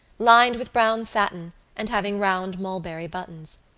lined with brown satin and having round mulberry buttons.